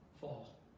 fall